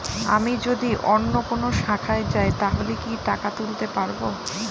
আমি যদি অন্য কোনো শাখায় যাই তাহলে কি টাকা তুলতে পারব?